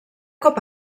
com